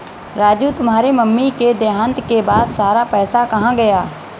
राजू तुम्हारे मम्मी के देहांत के बाद सारा पैसा कहां गया?